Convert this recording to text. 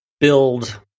build